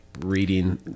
reading